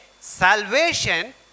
salvation